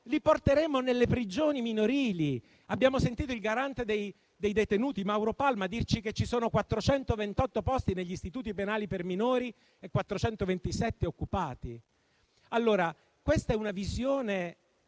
Li porteremo nelle prigioni minorili. Abbiamo sentito il garante per i detenuti, Mauro Palma, dirci che ci sono 428 posti negli istituti penali per minori e 427 occupati. Questa è la visione